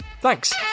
thanks